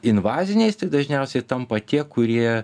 invaziniais dažniausiai tampa tie kurie